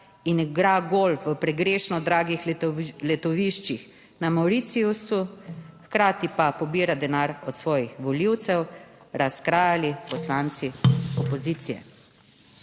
in igra golf v pregrešno dragih letoviščih na Mauritiusu, hkrati pa pobira denar od svojih volivcev, razkrajali poslanci opozicije.